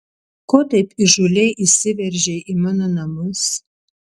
ko taip įžūliai įsiveržei į mano namus